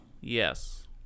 yes